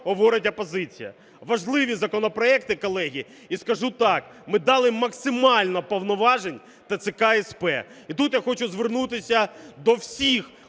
говорить опозиція. Важливі законопроекти, колеги. І скажу так, ми дали максимально повноважень ТЦК СП. І тут я хочу звернутися до всіх,